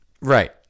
Right